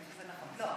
זה נכון.